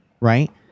right